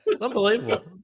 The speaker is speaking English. Unbelievable